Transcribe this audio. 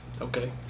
Okay